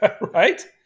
Right